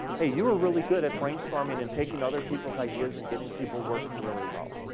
hey, you were really good at brainstorming and taking other people's ideas and getting people working really well.